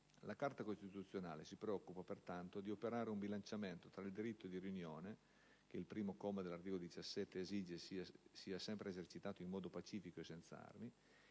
La Carta costituzionale si preoccupa, pertanto, di operare un bilanciamento tra il diritto di riunione - che il primo comma dell'articolo 17 esige sia sempre esercitato in modo pacifico e senza armi